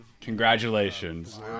Congratulations